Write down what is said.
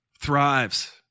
thrives